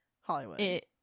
Hollywood